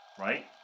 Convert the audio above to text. right